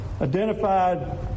identified